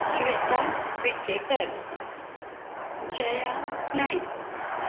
Shweta Bitkekar Jaya Naik